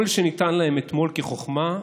כל שנראה להם אתמול כחוכמה,